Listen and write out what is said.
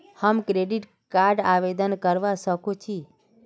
हम credit card आवेदन करवा संकोची?